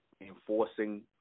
enforcing